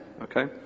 okay